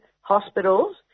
hospitals